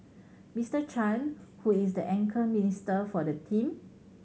Mister Chan who is the anchor minister for the team